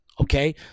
Okay